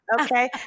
Okay